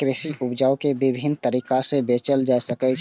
कृषि उपज कें विभिन्न तरीका सं बेचल जा सकै छै